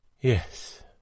Yes